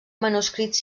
manuscrits